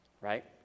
right